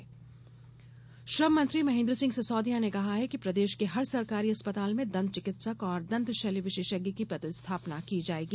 दंत चिकित्सक श्रम मंत्री महेन्द्र सिंह सिसोदिया ने कहा है कि प्रदेश के हर सरकारी अस्पताल में दंत चिकित्सक और दंत शल्य विशेषज्ञ की पद स्थापना की जायेगी